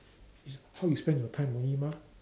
is how you spend your time only mah